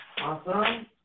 Awesome